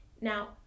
now